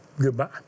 goodbye